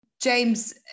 James